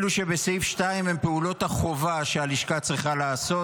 אלו שבסעיף 2 הן פעולות החובה שהלשכה צריכה לעשות,